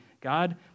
God